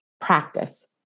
practice